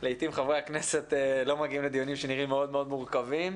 לעיתים חברי הכנסת לא מגיעים לדיונים שנראים מאוד מאוד מורכבים.